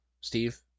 Steve